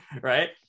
right